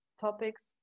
topics